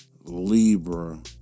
Libra